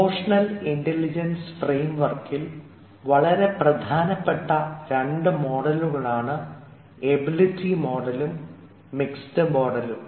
emotional intelligence frame വർക്കിൽ വളരെ പ്രധാനപെട്ട രണ്ടു മോഡലുകളാണ് എബിലിറ്റി മോഡലും മിക്സഡ് മോഡലും